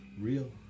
real